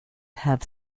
have